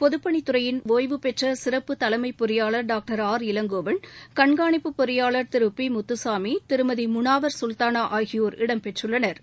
பொதுப்பணித்துறையின் ஒய்வுபெற்ற சிறப்பு தலைமை பொறியாளர் டாக்டர் ஆர் இளங்கோவன் கண்காணிப்பு பொறியாளர் திரு பி முத்துசாமி திருமதி முனாவா் சுல்தானா ஆகியோா் இடம்பெற்றுள்ளனா்